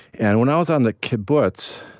and when i was on the kibbutz,